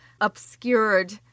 obscured